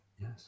Yes